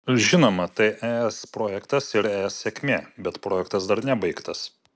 žinoma tai es projektas ir es sėkmė bet projektas dar nebaigtas